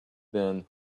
then